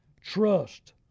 Trust